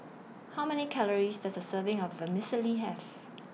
How Many Calories Does A Serving of Vermicelli Have